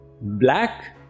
black